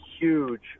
huge